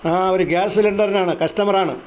ഒരു ഗ്യാസ് സിലിണ്ടറിനാണ് കസ്റ്റമറാണ്